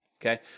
okay